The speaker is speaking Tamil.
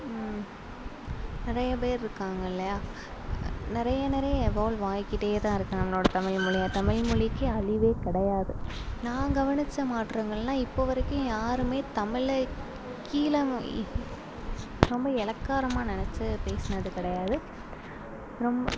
நிறைய பேர் இருக்காங்க இல்லையா நிறைய நிறைய எவால்வ் ஆகிட்டே தான் இருக்காங்க நம்மளோடய தமிழ்மொழியை தமிழ்மொழிக்கு அழிவு கிடையாது நான் கவனித்த மாற்றங்கள்னா இப்போ வரைக்கும் யாரும் தமிழை கீழே ரொம்ப எளக்காரமாக நினச்சி பேசுனது கிடையாது ரொம்ப